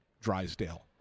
Drysdale